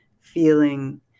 feeling